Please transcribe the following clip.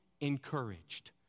encouraged